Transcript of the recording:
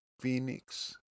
Phoenix